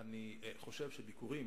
תודה לך,